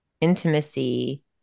intimacy